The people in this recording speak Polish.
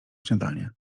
śniadanie